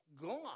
gone